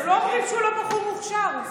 לא אומרים שהוא לא בחור מוכשר,